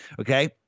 okay